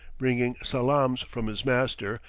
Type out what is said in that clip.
bringing salaams from his master,